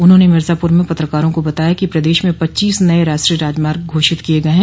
उन्होंने मिर्जापुर में पत्रकारों को बताया कि प्रदेश में पच्चीस नये राष्ट्रीय राजमार्ग घोषित किये गये हैं